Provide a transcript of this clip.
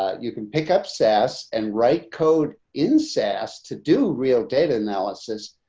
ah you can pick up sas and write code in sas to do real data analysis.